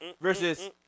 versus